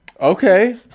okay